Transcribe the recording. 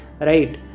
right